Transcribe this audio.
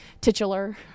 titular